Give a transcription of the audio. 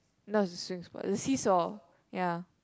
not the swings but the see saw ya